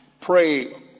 pray